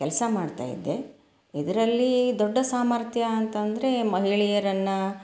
ಕೆಲಸ ಮಾಡ್ತಾ ಇದ್ದೆ ಇದರಲ್ಲಿ ದೊಡ್ಡ ಸಾಮರ್ಥ್ಯ ಅಂತಂದರೆ ಮಹಿಳೆಯರನ್ನು